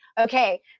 Okay